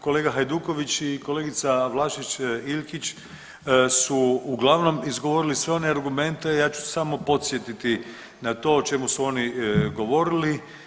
Kolega Hajduković i kolegica Vlašić Iljkić su uglavnom izgovorili sve one argumente, ja ću samo podsjetiti na to o čemu su oni govorili.